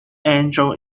engel